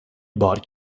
bought